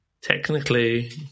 technically